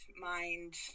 mind